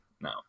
no